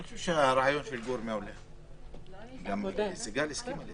אני חושב שהרעיון של גור מעולה, גם סיגל הסכימה.